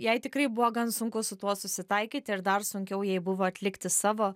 jai tikrai buvo gan sunku su tuo susitaikyti ir dar sunkiau jai buvo atlikti savo